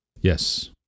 Yes